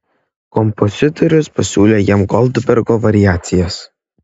kompozitorius pasiūlė jam goldbergo variacijas